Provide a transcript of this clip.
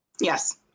Yes